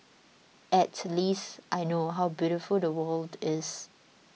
at least I know how beautiful the world is